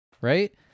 right